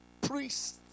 priests